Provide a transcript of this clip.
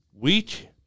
week